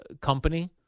company